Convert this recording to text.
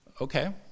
Okay